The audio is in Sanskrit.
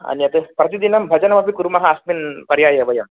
अन्यत् प्रतिदिनं भजनमपि कुर्मः अस्मिन् पर्याये वयम्